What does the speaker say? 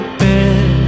bed